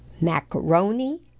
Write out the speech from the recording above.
macaroni